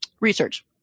research